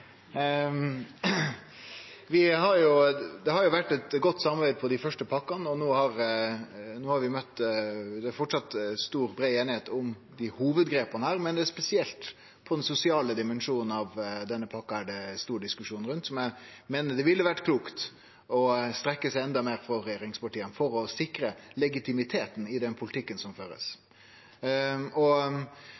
Vi får begynne med litt sprit! Det har vore eit godt samarbeid om dei første pakkene. Det er framleis brei einigheit om hovudgrepa, men spesielt den sosiale dimensjonen ved denne pakka har det vore stor diskusjon rundt, der eg meiner det ville ha vore klokt for regjeringspartia å strekkje seg endå lenger for å sikre legitimiteten i den politikken som